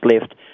left